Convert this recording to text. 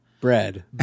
bread